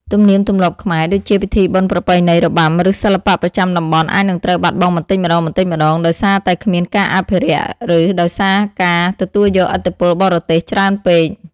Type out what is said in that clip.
ទំនៀមទម្លាប់ខ្មែរ ដូចជាពិធីបុណ្យប្រពៃណី របាំ ឬសិល្បៈប្រចាំតំបន់ អាចនឹងត្រូវបាត់បង់បន្តិចម្តងៗ ដោយសារតែគ្មានការអភិរក្ស ឬដោយសារការទទួលយកឥទ្ធិពលបរទេសច្រើនពេក។